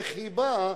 איך היא באה